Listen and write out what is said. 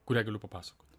kurią galiu papasakot